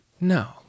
no